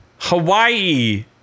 Hawaii